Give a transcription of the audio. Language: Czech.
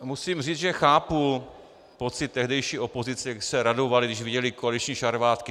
Musím říct, že chápu pocit tehdejší opozice, kdy se radovali, když viděli koaliční šarvátky.